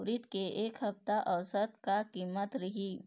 उरीद के ए सप्ता औसत का कीमत रिही?